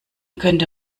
könnte